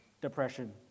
Depression